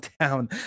town